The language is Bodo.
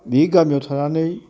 बि गामियाव थानानै